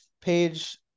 page